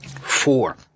Four